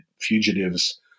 fugitives